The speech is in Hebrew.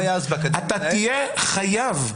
אתה תהיה חייב,